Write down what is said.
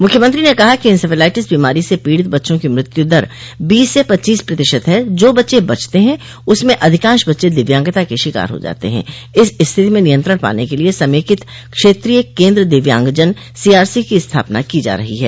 मुख्यमंत्री ने कहा कि इन्सेफ्लाइटिस बीमारी से पीड़ित बच्चों की मृत्यु दर बीस से पच्चीस प्रतिशत है जो बच्चे बचते उसमें अधिकांश बच्चे दिव्यांगता के शिकार हो जाते है इस स्थिति पर नियंत्रण पाने के लिए समेकित क्षेत्रीय केन्द्र दिव्यांगजन सीआरसी की स्थापना की जा रहो है